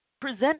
present